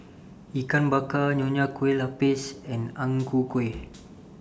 Ikan Bakar Nonya Kueh Lapis and Ang Ku Kueh